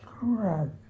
Correct